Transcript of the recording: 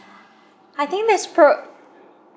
I think that's prob~